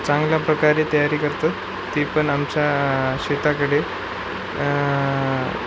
चांगल्या प्रकारे तयारी करतात तीपण आमच्या शेताकडे